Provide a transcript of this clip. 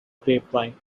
grapevine